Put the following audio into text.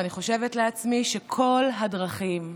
ואני חושבת לעצמי שכל הדרכים,